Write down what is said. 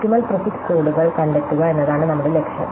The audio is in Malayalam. ഒപ്റ്റിമൽ പ്രിഫിക്സ് കോഡുകൾ കണ്ടെത്തുക എന്നതാണ് നമ്മുടെ ലക്ഷ്യം